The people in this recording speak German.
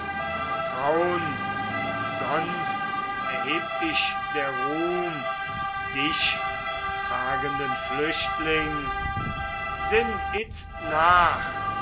traun umsonst erhebt dich der ruhm dich zagenden flüchtling sinn itzt nach